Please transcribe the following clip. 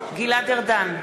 גלעד ארדן,